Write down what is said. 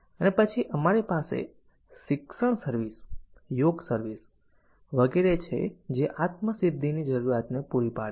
અને પછી અમારી પાસે શિક્ષણ સર્વિસ યોગ સર્વિસ વગેરે છે જે આત્મ સિધ્ધી ની જરૂરિયાત ને પૂરી પાડે છે